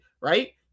right